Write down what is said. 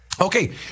Okay